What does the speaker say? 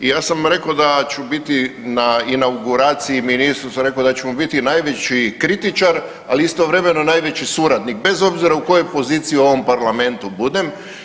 I ja sam rekao da ću biti na inauguraciji ministru, rekao sam da ću mu biti najveći kritičar, ali u istovremeno najveći suradnik bez obzira u kojoj poziciji u ovom Parlamentu budem.